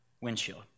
windshield